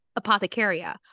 Apothecaria